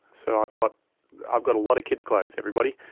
so i've got i've got a lot of kids clothes everybody,